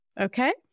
Okay